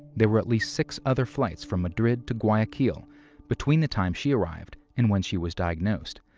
there were at least six other flights from madrid to guayaquil between the time she arrived and when she was diagnosed.